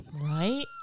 Right